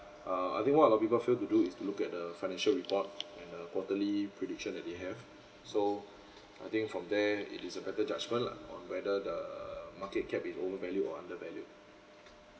uh I think what a lot of people fail to do is to look at the financial report and uh quarterly prediction that they have so I think from there it is a better judgement lah on whether the market cap is overvalued or undervalued